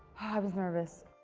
i was nervous.